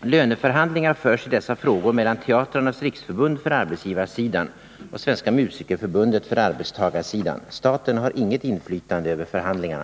Löneförhandlingar förs i dessa frågor mellan Teatrarnas riksförbund för arbetsgivarsidan och Svenska musikerförbundet för arbetstagarsidan. Staten har inget inflytande över förhandlingarna.